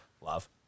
love